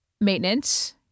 maintenance